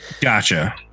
Gotcha